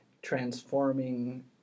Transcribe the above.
transforming